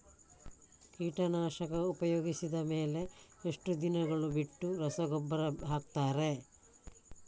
ಕೀಟನಾಶಕ ಉಪಯೋಗಿಸಿದ ಮೇಲೆ ಎಷ್ಟು ದಿನಗಳು ಬಿಟ್ಟು ರಸಗೊಬ್ಬರ ಹಾಕುತ್ತಾರೆ?